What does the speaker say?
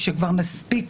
שמו כבר הוזכר,